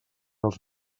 els